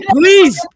please